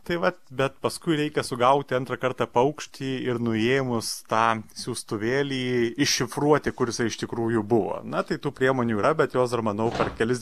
tai vat bet paskui reikia sugauti antrą kartą paukštį ir nuėmus tą siųstuvėlį iššifruoti kur jisai iš tikrųjų buvo na tai tų priemonių yra bet jos dar manau per kelis